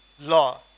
law